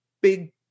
big